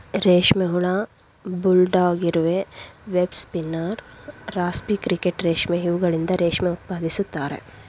ರೇಷ್ಮೆ ಹುಳ, ಬುಲ್ಡಾಗ್ ಇರುವೆ, ವೆಬ್ ಸ್ಪಿನ್ನರ್, ರಾಸ್ಪಿ ಕ್ರಿಕೆಟ್ ರೇಷ್ಮೆ ಇವುಗಳಿಂದ ರೇಷ್ಮೆ ಉತ್ಪಾದಿಸುತ್ತಾರೆ